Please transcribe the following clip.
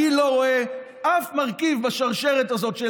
אני לא רואה אף מרכיב בשרשרת הזאת של